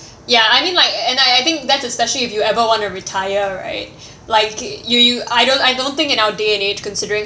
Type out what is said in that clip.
ya I mean like and I think that's especially if you ever wanna retire right like you you I don't I don't think in our day and age considering